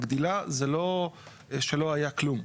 מגדילה זה לא שלא היה כלום.